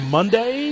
Monday